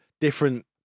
different